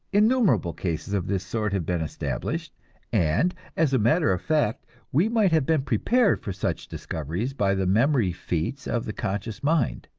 innumerable cases of this sort have been established and, as a matter of fact, we might have been prepared for such discoveries by the memory-feats of the conscious mind.